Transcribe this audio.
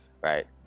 right